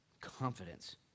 confidence